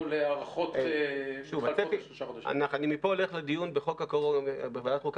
או הארכות --- אני מפה הולך לדיון בוועדת החוקה